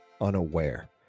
unaware